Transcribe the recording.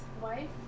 wife